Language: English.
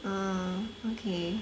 uh okay